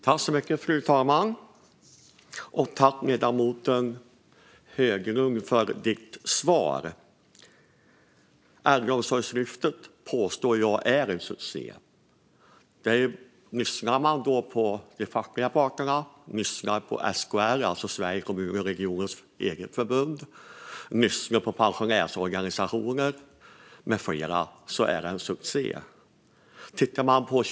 Fru talman! Jag tackar för ditt svar, ledamoten Höglund. Äldreomsorgslyftet är en succé, påstår jag. Lyssnar man på de fackliga parterna, SKR, det vill säga Sveriges kommuners och regioners eget förbund, pensionärsorganisationer med flera får man höra att det är en succé.